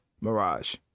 mirage